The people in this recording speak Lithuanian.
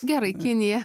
gerai kinija